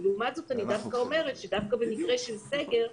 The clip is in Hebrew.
לעומת זאת, אני דווקא אומרת שבמקרה של סגר,